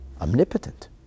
omnipotent